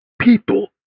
people